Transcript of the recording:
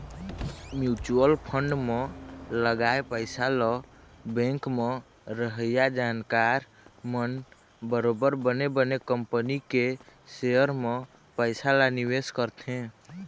mutual fund म लगाए पइसा ल बेंक म रहइया जानकार मन बरोबर बने बने कंपनी के सेयर म पइसा ल निवेश करथे